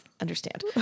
understand